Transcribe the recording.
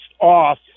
off